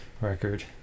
record